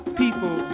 people